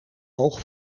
hoog